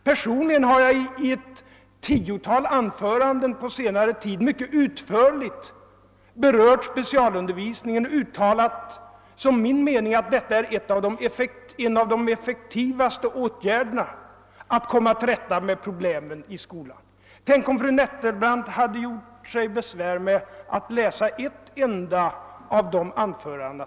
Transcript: Personligen har jag i ett tiotal anföranden på senare tid mycket utförligt berört specialundervisningen och uttalat som min mening att den är en av de effektivaste åtgärderna för att komma till rätta med problemen i skolan. Tänk, om fru Nettelbrandt hade gjort sig besvär med att läsa ett enda av dessa anföranden!